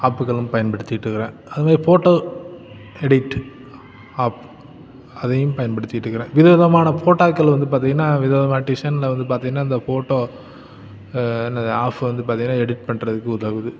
ஆப்புகளும் பயன்படுத்திட்டிருக்கறேன் அதுவே photo edit app அதையும் பயன்படுத்திட்டிருக்கறேன் விதவிதமான ஃபோட்டாக்கள் வந்து பார்த்தீங்கன்னா விதவிதமான டிசைனில் வந்து பாத்தீங்கன்னா இந்த ஃபோட்டோ என்னது ஆஃபு வந்து பார்த்தீங்கன்னா எடிட் பண்றதுக்கு உதவுது